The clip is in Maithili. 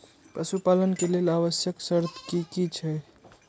पशु पालन के लेल आवश्यक शर्त की की छै?